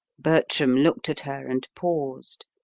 bertram looked at her and paused